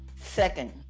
Second